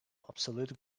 obsolete